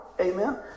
Amen